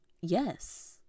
yes